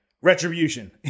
Retribution